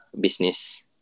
business